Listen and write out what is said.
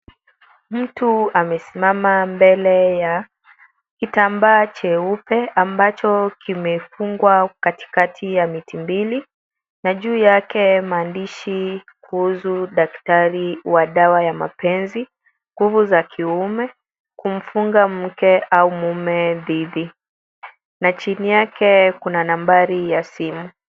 Mtu amesimama mbele ya kitambaa cheupe ambacho kimefungwa katikati ya miti mbili. Na juu yake maandishi kuhusu daktari wa dawa ya mapenzi, nguvu za kiume, kumfunga mke au mume dhidi. Na chini yake kuna nambari ya simu.